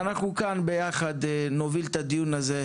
אנחנו נוביל כאן ביחד את הדיון הזה,